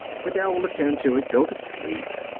fidel will attend to it. go to sleep.